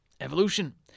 Evolution